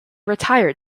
retired